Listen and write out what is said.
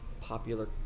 popular